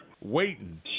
Waiting